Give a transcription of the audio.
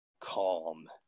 calm